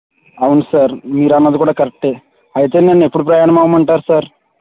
అవును సార్ మీరన్నది కూడా కరెక్ట్ అయితే నన్ను ఎప్పుడు ప్రయాణం అవ్వమంటారు సార్